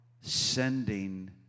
sending